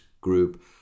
group